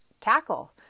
tackle